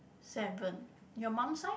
seven your mom side